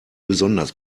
besonders